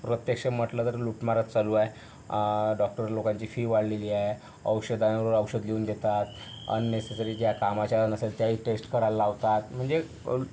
प्रत्यक्ष म्हटलं तर लूटमारच चालू आहे डॉक्टर लोकांची फी वाढलेली आहे औषधांवर औषध लिहून देतात अननेसेसरी त्या कामाच्या नसेल त्याही टेस्ट करायला लावतात म्हणजे